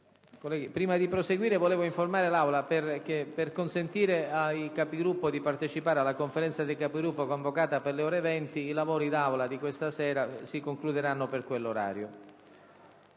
Prima di proseguire, informo l'Aula che, per consentire ai Capigruppo di partecipare alla Conferenza dei Capigruppo convocata per le ore 20, i lavori d'Aula di questa sera si concluderanno per quell'orario.